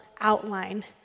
outline